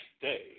day